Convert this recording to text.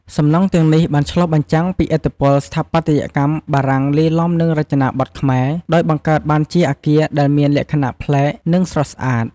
សំណង់ទាំងនេះបានឆ្លុះបញ្ចាំងពីឥទ្ធិពលស្ថាបត្យកម្មបារាំងលាយឡំនឹងរចនាបថខ្មែរ ដោយបង្កើតបានជាអគារដែលមានលក្ខណៈប្លែក និងស្រស់ស្អាត។